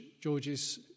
George's